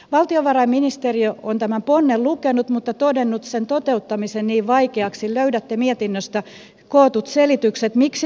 valtiovarainministeriö on tämän ponnen lukenut mutta todennut sen toteuttamisen niin vaikeaksi löydätte mietinnöstä kootut selitykset miksi se on niin vaikeaa